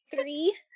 three